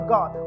God